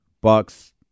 Bucks